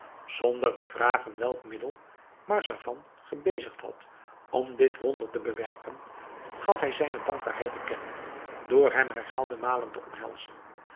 zonder te vragen welk middel marzavan gebezigd had om dit wonder te bewerken gaf hij zijne dankbaarheid te kennen door hem herhaalde malen te omhelzen